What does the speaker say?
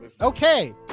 Okay